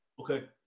okay